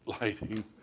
lighting